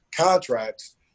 contracts